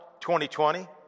2020